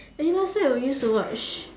eh last time we used to watch